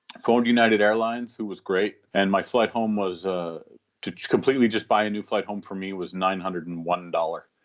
phoned united airlines who was great and my flight home was ah to completely just buy a new flight home. for me, it was nine hundred and one dollars.